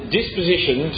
disposition